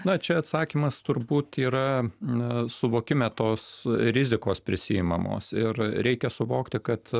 na čia atsakymas turbūt yra a suvokime tos rizikos prisiimamos ir reikia suvokti kad